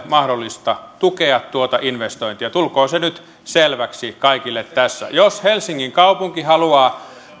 mahdollista tukea tuota investointia tulkoon se nyt selväksi kaikille tässä jos helsingin kaupunki haluaa